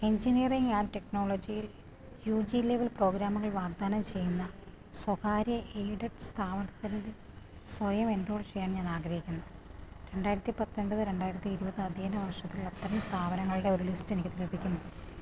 engineering and ടെക്നോളജിയിൽ U G level പ്രോഗ്രാമുകൾ വാഗ്ദാനം ചെയ്യുന്ന സ്വകാര്യ എയ്ഡഡ് സ്ഥാപനത്തിൽ സ്വയം എൻറോൾ ചെയ്യാൻ ഞാൻ ആഗ്രഹിക്കുന്നു രണ്ടായിരത്തി പത്തൊൻപത് രണ്ടായിരത്തി ഇരുപത് അധ്യയന വർഷത്തിൽ അത്തരം സ്ഥാപനങ്ങളുടെ ഒരു ലിസ്റ്റ് എനിക്ക് ലഭിക്കുമോ